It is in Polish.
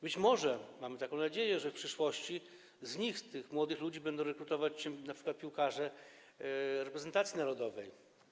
Być może, mam taką nadzieję, w przyszłości z nich, z tych młodych ludzi będą rekrutować się np. piłkarze reprezentacji narodowej.